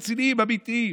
דיונים רציניים ואמיתיים.